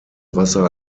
wasser